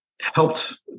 helped